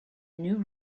new